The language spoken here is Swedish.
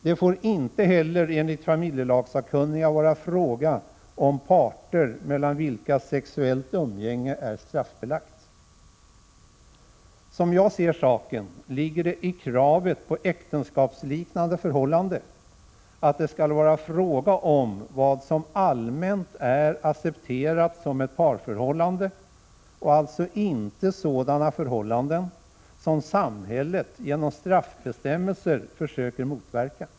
Det får inte heller enligt familjelagssakkunniga vara fråga om parter mellan vilka sexuellt umgänge är straffbelagt. Som jag ser saken ligger det i kravet på äktenskapsliknande förhållande att det skall vara fråga om vad som allmänt är accepterat som ett parförhållande och alltså inte sådana förhållanden som samhället genom straffbestämmelser försöker motverka.